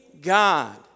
God